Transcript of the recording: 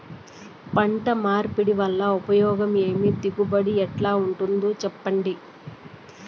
పంట మార్పిడి వల్ల ఉపయోగం ఏమి దిగుబడి ఎట్లా ఉంటుందో చెప్పండి?